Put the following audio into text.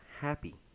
happy